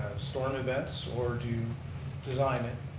storm events or do you design it